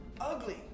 Ugly